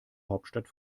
hauptstadt